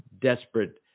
desperate